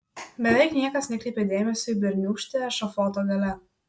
beveik niekas nekreipė dėmesio į berniūkštį ešafoto gale